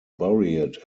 buried